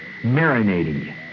marinating